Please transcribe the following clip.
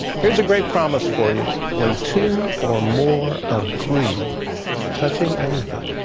here is a great promise for you when two or more agree touching anything,